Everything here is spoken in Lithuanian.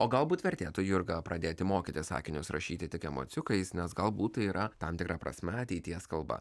o galbūt vertėtų jurga pradėti mokytis sakinius rašyti tik emociukais nes galbūt tai yra tam tikra prasme ateities kalba